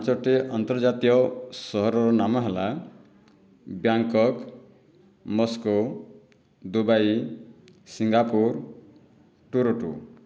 ପାଞ୍ଚଟି ଅନ୍ତର୍ଜାତୀୟ ସହରର ନାମ ହେଲା Bangkok Moscow Dubai Singapore Toronto